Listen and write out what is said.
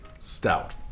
stout